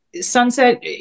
sunset